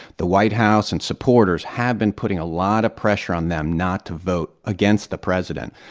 the white house and supporters have been putting a lot of pressure on them not to vote against the president.